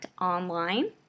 online